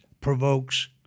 provokes